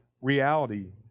reality